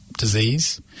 disease